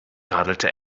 radelte